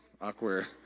Awkward